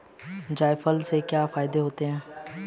जायफल के क्या फायदे होते हैं?